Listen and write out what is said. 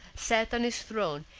set on his throne,